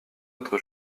autre